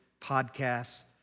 podcasts